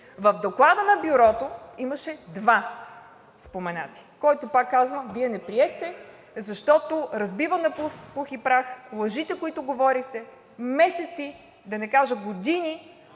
В Доклада на Бюрото имаше два споменати, който, пак казвам, Вие не приехте, защото разбива на пух и прах лъжите, които говорехте месеци, да не кажа години